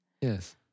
Yes